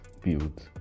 builds